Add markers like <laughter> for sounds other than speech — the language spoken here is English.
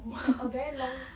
<laughs> <breath>